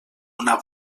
una